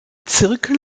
zirkel